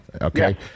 okay